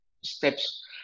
steps